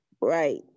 Right